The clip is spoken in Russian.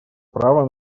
права